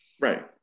Right